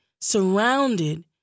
surrounded